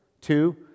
two